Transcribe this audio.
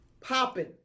popping